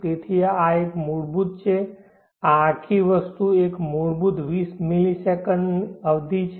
તેથી આ એક મૂળભૂત છે આ આખી વસ્તુ એક મૂળભૂત 20 મિલિસેકન્ડ અવધિ છે